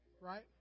right